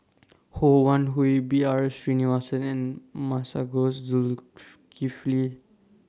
Ho Wan Hui B R Sreenivasan and Masagos